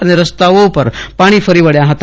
અને રસ્તાઓ પર પાણી ફરી વળ્યા હતા